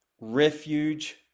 refuge